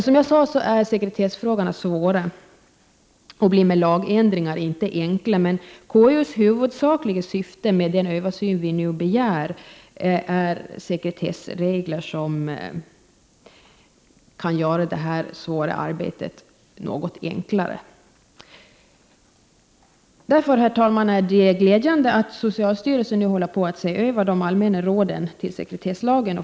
Som jag sade är sekretessfrågorna svåra och blir med lagändringar inte enkla, men KU:s huvudsakliga syfte med den översyn som vi nu begär är sekretessregler som kan göra det här svåra arbetet något enklare. Därför, herr talman, är det glädjande att socialstyrelsen nu gör en översyn av de allmänna råden beträffande sekretesslagen.